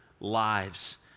lives